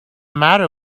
matter